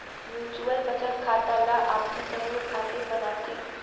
mutual बचत खाता ला आपसी सहयोग खातिर बनाथे